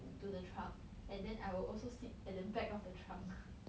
to the truck and then I will also sit at the back of the truck